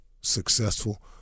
successful